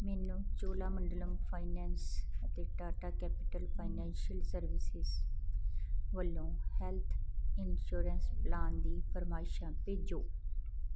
ਮੈਨੂੰ ਚੋਲਾਮੰਡਲਮ ਫਾਈਨੈਂਸ ਅਤੇ Tata Capital Financial Services ਵੱਲੋਂ ਹੈੱਲਥ ਇੰਸੂਰੈਂਸ ਪਲਾਨ ਦੀ ਫਰਮਾਇਸ਼ਾਂ ਭੇਜੋ